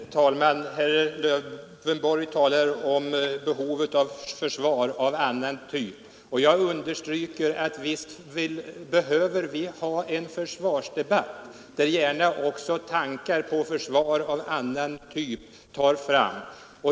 Herr talman! Herr Lövenborg talar om behovet av ett försvar av annan typ. Jag understryker att vi visst behöver ha en försvarsdebatt, där gärna också tankar på ett försvar av annan typ tas fram.